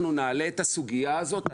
אנחנו נעלה את הסוגייה הזו.